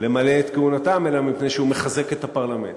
למלא את כהונתם, אלא מפני שהוא מחזק את הפרלמנט.